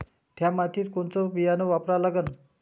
थ्या मातीत कोनचं बियानं वापरा लागन?